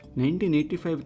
1985